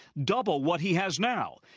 double what he has now.